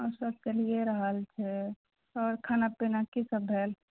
आओर सब चलिए रहल छै आओर खाना पीना की सब भेल